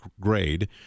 grade